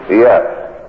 Yes